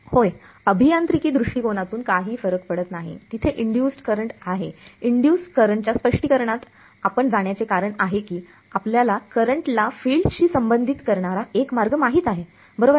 होय अभियांत्रिकी दृष्टीकोनातून काही फरक पडत नाही तिथे इंड्युसड् करंट आहे इंड्युसड् करंटच्या स्पष्टीकरणात आपण जाण्याचे कारण आहे की आपल्याला करंट ला फिल्डशी संबंधित करणारा एक मार्ग माहित आहेबरोबर आहे